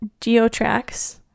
geotracks